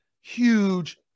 Huge